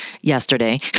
yesterday